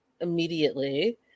immediately